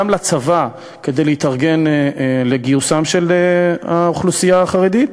כדי להתארגן לגיוסה של האוכלוסייה החרדית.